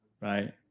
Right